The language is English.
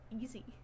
easy